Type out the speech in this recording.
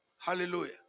Hallelujah